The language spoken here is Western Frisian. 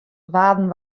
waarden